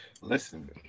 Listen